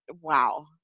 wow